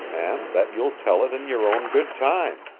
and that you'll tell it in your own good time.